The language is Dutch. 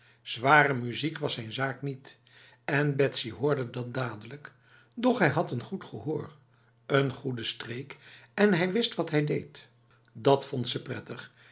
zware muziek was zijn zaak niet en betsy hoorde dat dadelijk doch hij had een goed gehoor een goede streek en hij wist wat hij deed dat vond ze prettig